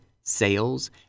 sales